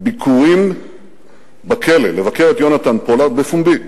ביקורים בכלא, לבקר את יונתן פולארד בפומבי.